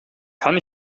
kann